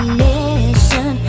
mission